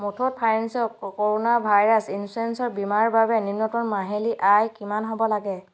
মুথুট ফাইনেন্সৰ corona virus ইঞ্চুৰেঞ্চৰ বীমাৰ বাবে নিম্নতম মাহিলী আয় কিমান হ'ব লাগে